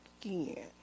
again